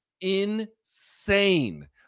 insane